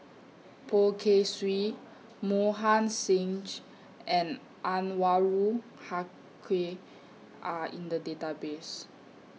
Poh Kay Swee Mohan Singh and Anwarul Haque Are in The Database